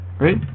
right